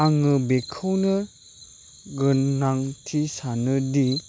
आङो बेखौनो गोनांथि सानोदि